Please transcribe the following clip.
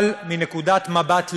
אבל מנקודת מבט לאומית,